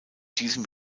diesem